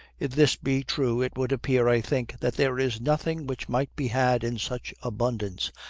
if this be true it would appear, i think, that there is nothing which might be had in such abundance,